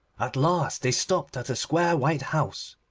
at last they stopped at a square white house.